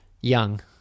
young